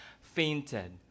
fainted